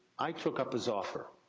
i took up his offer.